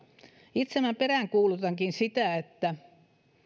itse peräänkuulutankin sitä että